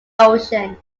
ocean